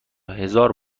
هزاران